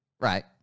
Right